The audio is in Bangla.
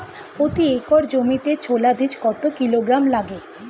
প্রতি একর জমিতে ছোলা বীজ কত কিলোগ্রাম লাগে?